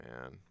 man